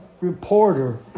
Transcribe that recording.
reporter